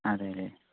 അതെ അല്ലെ